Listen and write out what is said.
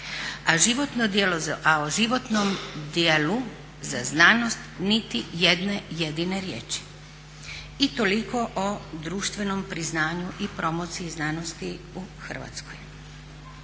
a o životnom djelu za znanost niti jedne jedine riječi. I toliko o društvenom priznanju i promociji znanosti u Hrvatskoj.